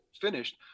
finished